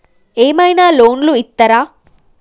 ఏమైనా లోన్లు ఇత్తరా?